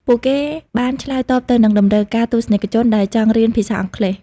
ពួកគេបានឆ្លើយតបទៅនឹងតម្រូវការទស្សនិកជនដែលចង់រៀនភាសាអង់គ្លេស។